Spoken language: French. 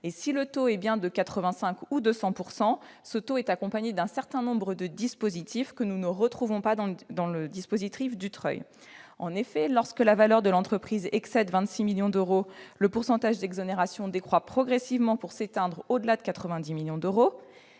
et si le taux est bien de 85 % ou 100 %, il est accompagné d'un certain nombre de dispositifs que nous ne retrouvons pas dans le dispositif Dutreil. En effet, lorsque la valeur de l'entreprise excède 26 millions d'euros, le pourcentage d'exonération décroît progressivement pour s'éteindre au-delà de 90 millions d'euros.